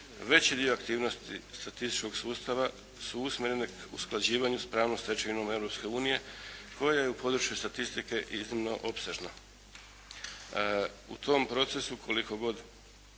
Veći dio aktivnosti statističkog sustava su usmjerene usklađivanju s pravnom stečevinom Europske unije koja je u području statistike iznimno opsežna. U tom procesu koliko god